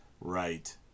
Right